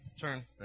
turn